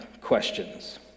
questions